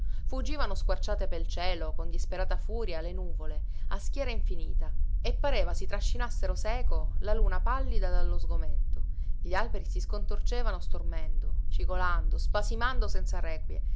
fuggivano squarciate pel cielo con disperata furia le nuvole a schiera infinita e pareva si trascinassero seco la luna pallida dallo sgomento gli alberi si scontorcevano stormendo cigolando spasimando senza requie